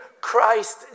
Christ